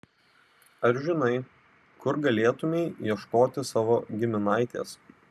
ar žinai kur galėtumei ieškoti savo giminaitės